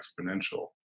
exponential